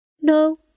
no